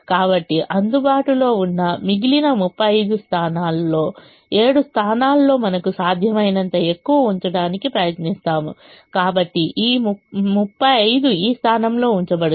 కాబట్టి అందుబాటులో ఉన్న మిగిలిన 35 స్థానాల్లో 7 స్థానాల్లో మనకు సాధ్యమైనంత ఎక్కువ ఉంచడానికి ప్రయత్నిస్తాము కాబట్టి 35 ఈ స్థానంలో ఉంచబడుతుంది